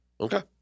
Okay